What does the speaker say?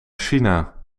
china